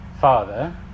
Father